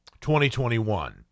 2021